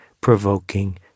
provoking